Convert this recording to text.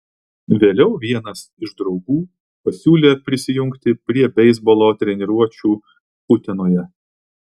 vėliau vienas iš draugų pasiūlė prisijungti prie beisbolo treniruočių utenoje